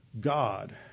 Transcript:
God